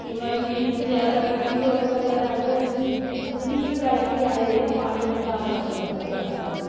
केईं बारी नेईं ज्यादा गड़की दी होऐ ते घराआह्ले आखदे हूं अज्ज नीं गड़काई दी ऐ एह् पानी ते दाने बक्खरे बक्खरे गै लब्भा दे न